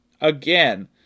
Again